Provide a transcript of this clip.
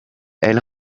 elle